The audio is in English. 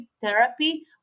therapy